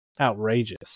outrageous